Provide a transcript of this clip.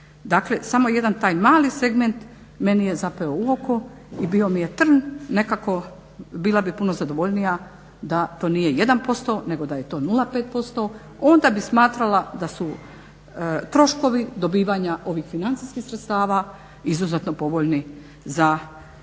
Dakle, samo jedan taj mali segment meni je zapeo u oko i bio mi je trn. Nekako bila bih puno zadovoljnija da to nije 1%, nego da je to 0,5%. Onda bi smatrala da su troškovi dobivanja ovih financijskih sredstava izuzetno povoljni za primatelja